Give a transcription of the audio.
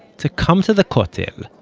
to come to the kotel,